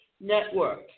network